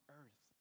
earth